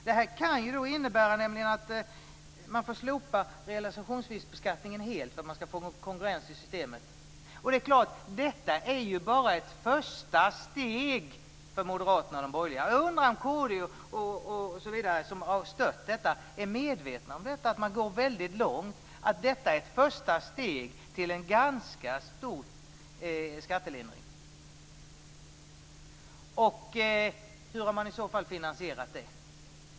Det kan innebära att man får slopa realisationsvinstbeskattningen helt för att få kongruens i systemet. Detta är ju bara ett första steg för Moderaterna och de övriga borgerliga. Jag undrar om kristdemokraterna som har stöttat detta är medvetna om att det är att gå långt. Det är ett första steg mot en ganska stor skattelindring. Hur har man finansierat det?